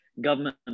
government